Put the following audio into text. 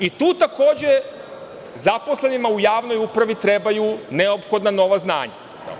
I tu, takođe, zaposlenima u javnoj upravi trebaju neophodna nova znanja.